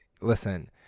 listen